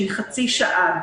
שהיא חצי שעה,